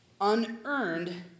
unearned